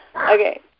Okay